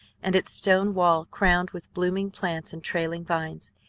and its stone wall crowned with blooming plants and trailing vines.